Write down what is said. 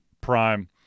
Prime